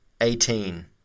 eighteen